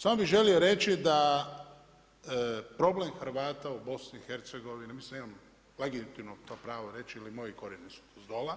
Samo bi želio reći, da problem Hrvata u BIH, mislim da imam legitimno to pravo reći, jer moji krojeni su iz dola